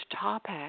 topic